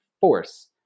force